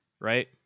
Right